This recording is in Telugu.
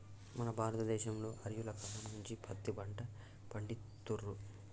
మన భారత దేశంలో ఆర్యుల కాలం నుంచే పత్తి పంట పండిత్తుర్రు